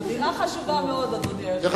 זו אמירה חשובה מאוד, אדוני היושב-ראש.